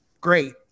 great